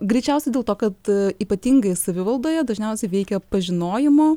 greičiausiai dėl to kad ypatingai savivaldoje dažniausiai veikia pažinojimo